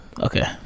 Okay